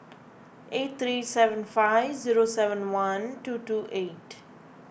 eight three seven five zero seven one two two eight